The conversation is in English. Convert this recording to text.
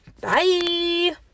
Bye